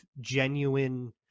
genuine